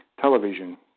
television